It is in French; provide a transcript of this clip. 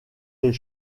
les